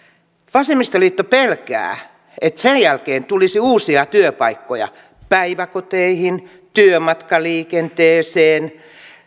vasemmistoliitto pelkää että sen jälkeen tulisi uusia työpaikkoja päiväkoteihin työmatkaliikenteeseen